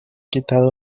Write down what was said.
quitado